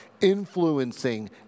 influencing